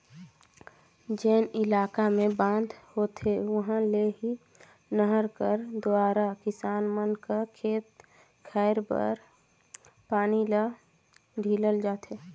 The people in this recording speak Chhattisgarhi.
जेन इलाका मे बांध होथे उहा ले ही नहर कर दुवारा किसान मन कर खेत खाएर बर पानी ल ढीलल जाथे